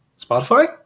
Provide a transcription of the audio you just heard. Spotify